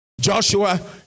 Joshua